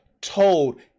told